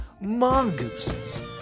mongooses